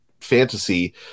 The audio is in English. fantasy